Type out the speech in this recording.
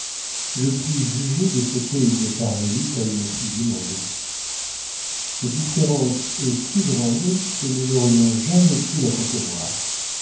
je puis juger de ce qu'est une carmélite à une fille du monde la différence est si grande que nous n'aurions jamais pu la concevoir